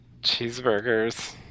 Cheeseburgers